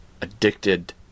addicted